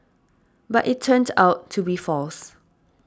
but it turned out to be false